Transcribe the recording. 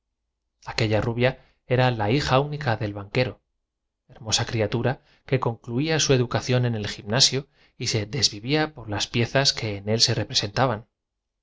aquella rubia era la hija tínica del banquero en tenebrecido a causa de la poca luz que le iluminaba hermosa criatura que concluía su educación en el gimnasio y se des me pareció que había mudado de carácter es decir que se había puesto terroso y vivía por las piezas que en él se representaban